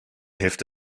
hilft